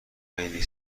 خیلی